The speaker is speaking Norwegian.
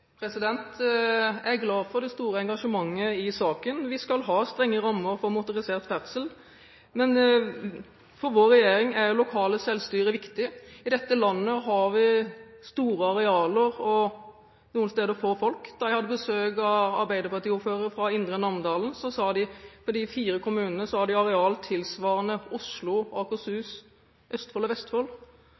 Jeg er glad for det store engasjementet i saken. Vi skal ha strenge rammer for motorisert ferdsel, men for vår regjering er det lokale selvstyret viktig. I dette landet har vi store arealer og noen steder få folk. Da jeg hadde besøk av arbeiderpartiordførere fra Indre Namdalen, sa de at de i de fire kommunene hadde areal tilsvarende Oslo, Akershus, Østfold og Vestfold